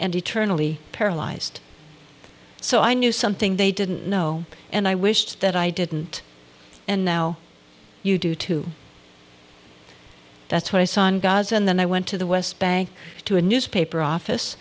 eternally paralyzed so i knew something they didn't know and i wished that i didn't and now you do too that's what i saw in gaza and then i went to the west bank to a newspaper office